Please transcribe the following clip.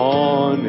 on